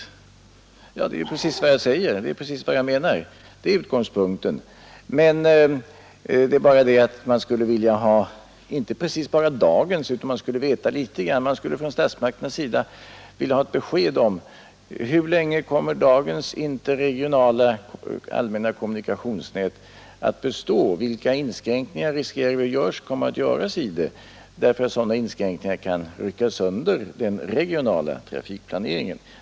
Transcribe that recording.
Ja, det är precis vad jag menar. Det är bara det att man inte skulle vilja ha endast dagens interregionala nät som utgångspunkt utan också ett besked från statsmakterna om hur länge dagens interregionala, allmänna kommunikationsnät kommer att bestå. Vilka inskränkningar riskerar vi kommer att göras i det nätet? Sådana inskränkningar kan nämligen rycka sönder den regionala trafikplaneringen.